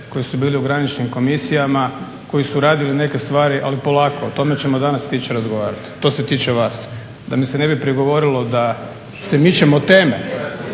koji su bili u graničnim komisijama, koji su radili neke stvari ali polako o tome ćemo danas stići razgovarat. To se tiče vas. Da mi se ne bi prigovorilo da se mičem od teme.